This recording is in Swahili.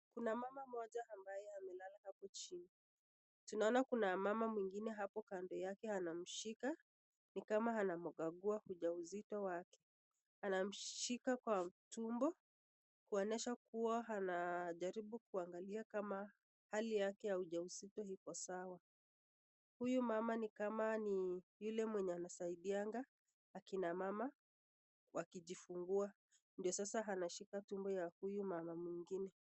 Kuna mama moja ambaye amelala hapo chini. Tunaona kuna mama mwingine hapo kando yake anamshika. Ni kama anamkagua ujauzito wake. Anamshika kwa tumbo kuonyesha kuwa anajaribu kuangalia kama hali yake ya ujauzito iko sawa. Huyu mama ni kama ni yule mwenye anasaidia akina mama wakijifungua ndio sasa anashika tumbo ya huyu mama mwingine.